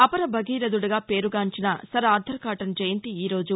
అపర భగీరధుడుగా పేరు గాంచిన సర్ ఆర్గర్ కాటన్ జయంతి ఈరోజు